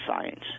science